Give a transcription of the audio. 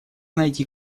найти